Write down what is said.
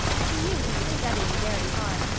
she knew he was studying very hard,